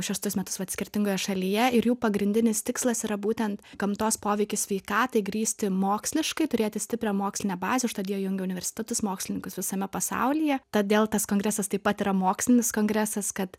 šeštus metus vat skirtingoje šalyje ir jų pagrindinis tikslas yra būtent gamtos poveikį sveikatai grįsti moksliškai turėti stiprią mokslinę bazę užtat jie jungia universitetus mokslininkus visame pasaulyje todėl tas kongresas taip pat yra mokslinis kongresas kad